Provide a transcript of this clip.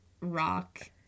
rock